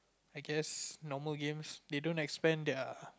I guess normal games they don't expand their